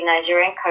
Nigerian